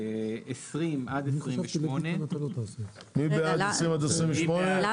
20 עד 28. מי בעד 20 עד 28?